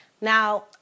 Now